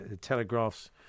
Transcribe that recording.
Telegraph's